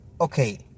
okay